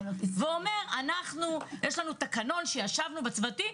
ואומרים שיש להם תקנות שהם ישבו בצוותים,